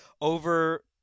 over –